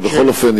בכל אופן,